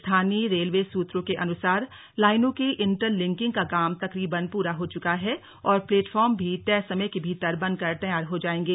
स्थानीय रेलवे सूत्रों के अनुसार लाइनों के इंटर लिंकिंग का काम तकरीबन पूरा हो चुका है और प्लेटफार्म भी तय समय के भीतर बनकर तैयार हो जाएंगे